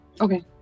Okay